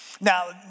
now